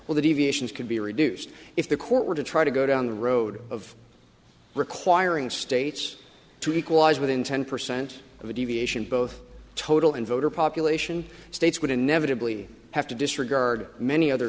well the deviations could be reduced if the court were to try to go down the road of requiring states to equalize within ten percent of a deviation both total and voter population states would inevitably have to disregard many other